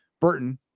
Burton